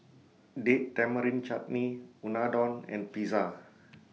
Date Tamarind Chutney Unadon and Pizza